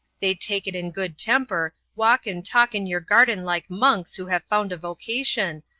they take it in good temper, walk and talk in your garden like monks who have found a vocation,